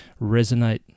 resonate